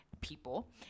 people